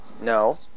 No